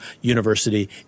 University